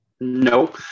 No